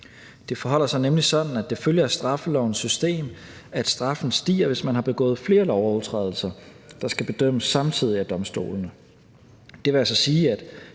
Det forholder sig nemlig sådan, at det følger af straffelovens system, at straffen stiger, hvis man har begået flere lovovertrædelser, der skal bedømmes samtidig af domstolene. Det vil altså sige, at